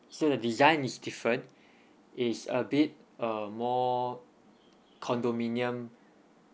so the design is different it's a bit uh more condominium